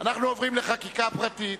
אנחנו עוברים לחקיקה פרטית.